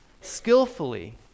skillfully